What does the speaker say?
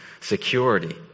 security